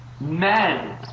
Men